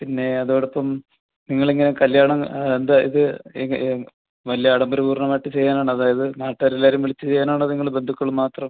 പിന്നെ അതോടൊപ്പം നിങ്ങൾ ഇങ്ങനെ കല്ല്യാണം അതായത് ഇത് വലിയ ആഡംബര പൂർണ്ണമായിട്ട് ചെയ്യാനാണോ അതായത് നാട്ടുകാരെല്ലാരെയും വിളിച്ച് ചെയ്യാനാണോ നിങ്ങൾ ബന്ധുക്കൾ മാത്രം